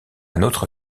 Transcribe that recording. notre